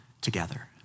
together